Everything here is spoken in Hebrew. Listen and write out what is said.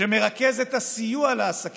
שמרכז את הסיוע לעסקים,